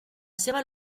seva